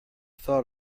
thought